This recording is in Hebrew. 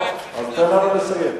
תן לנו לסיים.